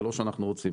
זה לא שאנחנו רוצים.